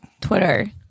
Twitter